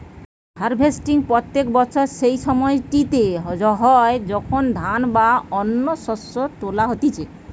harvesting প্রত্যেক বছর সেই সময়টিতে হয় যখন ধান বা অন্য শস্য তোলা হতিছে